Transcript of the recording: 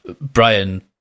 Brian